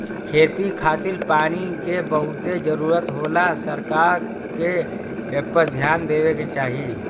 खेती के खातिर पानी के बहुते जरूरत होला सरकार के एपर ध्यान देवे के चाही